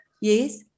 Yes